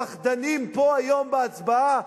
פחדנים פה היום בהצבעה.